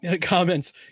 comments